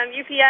UPS